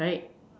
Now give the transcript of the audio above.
right